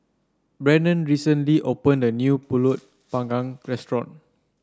Brannon recently opened a new pulut Panggang restaurant